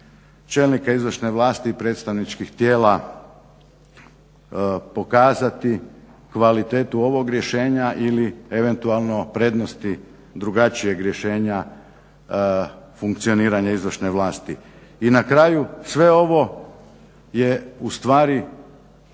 čelnika izvršne vlasti i predstavničkih tijela pokazati kvalitetu ovih rješenja ili eventualno prednosti drugačijeg rješenja funkcioniranja izvršne vlasti. I na kraju, sve ovo je u stvari